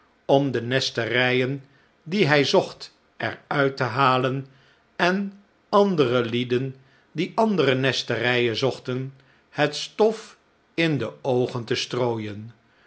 om de nesterijen die hij zocht er uit te halen en andere lieden die andere nesterijen zochten het stof in de oogen te strooien